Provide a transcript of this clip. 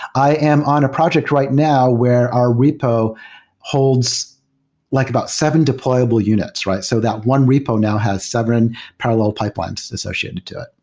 i am on a project right now where our repo holds like about seven deployable units. so that one repo now has seven parallel pipelines associated to it.